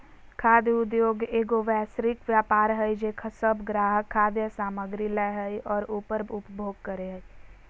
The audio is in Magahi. खाद्य उद्योगएगो वैश्विक व्यापार हइ जे सब ग्राहक खाद्य सामग्री लय हइ और उकर उपभोग करे हइ